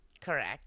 Correct